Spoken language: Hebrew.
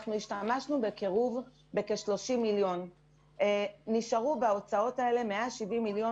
אנחנו השתמשנו בכ-30 מיליון ונשארו 170 מיליון